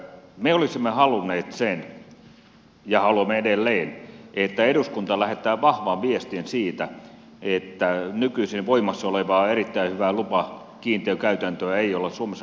me olisimme halunneet ja haluamme edelleen että eduskunta lähettää vahvan viestin siitä että nykyisin voimassa olevaa erittäin hyvää lupakiintiökäytäntöä ei olla suomessa purkamassa